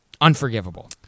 Unforgivable